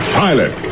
pilot